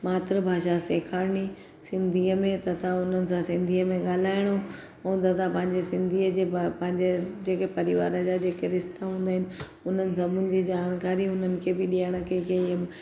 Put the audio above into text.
मातृ भाषा सेखारिणी सिंधीअ में तथा हुननि सां सिंधीअ में ॻाल्हाइणो ऐं तथा पंहिंजे सिंधीअ जे बि पंहिंजे जेके परिवार जा जेके रिश्ता हूंदा आहिनि हुननि सभिनि जी जानकारी हुननि खे बि ॾियणु कंहिंखे